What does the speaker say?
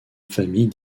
famille